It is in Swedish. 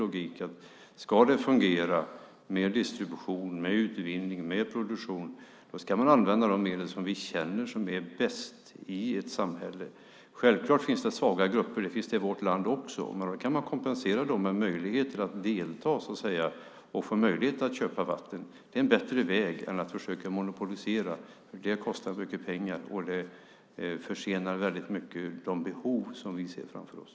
För att det ska fungera med distribution, med utvinning och med produktion ska de medel användas som vi känner är bäst i ett samhälle. Självklart finns det svaga grupper. Sådana finns det också i vårt land. Men då kan man kompensera med möjligheter för dem att delta och att köpa vatten. Det är en bättre väg än att försöka monopolisera, för det kostar mycket pengar och försenar väldigt mycket när det gäller de behov som vi ser framför oss.